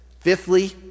Fifthly